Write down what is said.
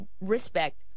respect